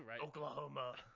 Oklahoma